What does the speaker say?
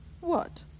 What